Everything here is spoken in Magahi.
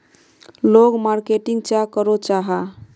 लोग मार्केटिंग चाँ करो जाहा?